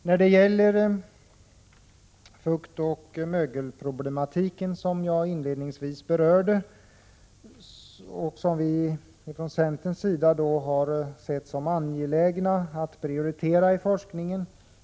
När det gäller fuktoch mögelproblematiken, som jag inledningsvis berörde, har vi från centerpartiets sida sett det som angeläget att prioritera forskningen.